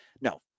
no